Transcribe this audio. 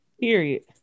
Period